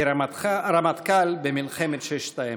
כרמטכ"ל מלחמת ששת הימים.